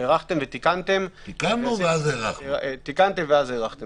הארכתם ותיקנתם --- תיקנו ואז הארכנו.